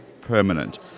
permanent